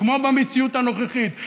כמו במציאות הנוכחית,